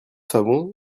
savons